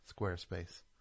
Squarespace